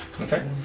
Okay